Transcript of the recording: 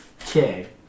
Okay